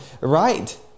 right